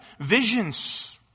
visions